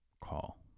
call